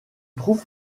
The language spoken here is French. trouve